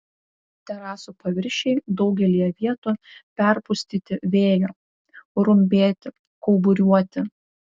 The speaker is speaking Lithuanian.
terasų paviršiai daugelyje vietų perpustyti vėjo rumbėti kauburiuoti